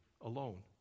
alone